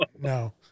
No